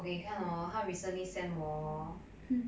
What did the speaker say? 我给你看 hor 她 recently sent 我 hor